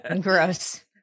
Gross